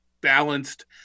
balanced